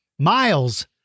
Miles